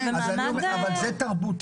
זה תרבות.